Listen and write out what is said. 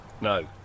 no